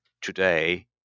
today